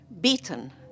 beaten